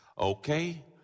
Okay